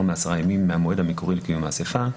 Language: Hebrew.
מעשרה ימים מהמועד המקורי לקיום האסיפה.